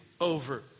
over